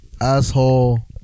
asshole